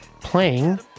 playing